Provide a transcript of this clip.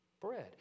bread